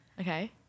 Okay